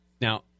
Now